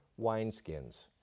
wineskins